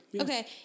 okay